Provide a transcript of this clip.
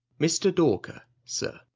mr. dawker, sir.